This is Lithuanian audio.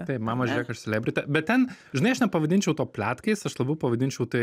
taip mama žiūrėk aš selebriti bet ten žinai aš nepavadinčiau to pletkais aš labiau pavadinčiau tai